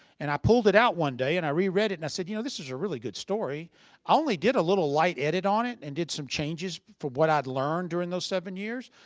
and i pulled it out one day and i re-read it and i said, you know, this is a really good story. i only did a little light edit on it and did some changes from what i'd learned during those seven years.